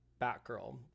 Batgirl